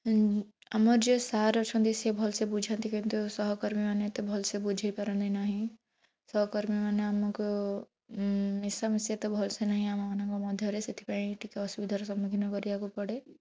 ଉଁ ଆମର ଯିଏ ସାର୍ ଅଛନ୍ତି ସେ ଭଲ ସେ ବୁଝାନ୍ତି କିନ୍ତୁ ସହକର୍ମୀ ମାନେ ଏତେ ଭଲ ସେ ବୁଝାଇ ପାରନ୍ତି ନାହିଁ ସହକର୍ମୀ ମାନେ ଆମକୁ ମିଶାମିଶି ଏତେ ଭଲ ସେ ନାହିଁ ଆମ ମାନଙ୍କ ମଧ୍ୟରେ ସେଥିପାଇଁ ଟିକେ ଅସୁବିଧାର ସମ୍ମୁଖୀନ କରିବାକୁ ପଡ଼େ